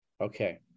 Okay